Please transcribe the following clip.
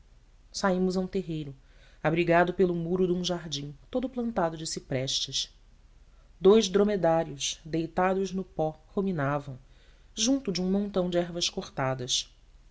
a um terreiro abrigado pelo muro de um jardim todo plantado de ciprestes dous dromedários deitados no pó ruminavam junto de um montão de ervas cortadas